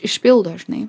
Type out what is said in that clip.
išpildo žinai